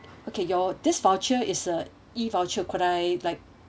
okay your this voucher is a e voucher could I like